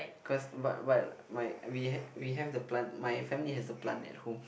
cause but but my we have we have the plant my family has the plant at home